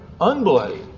unbloody